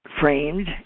framed